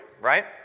right